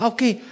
Okay